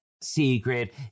secret